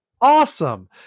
Awesome